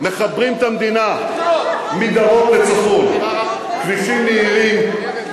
מחברים את המדינה מדרום לצפון, אם כל כך טוב,